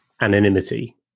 anonymity